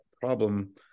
problem